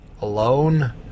alone